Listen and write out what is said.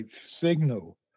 signal